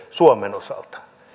suomen osalta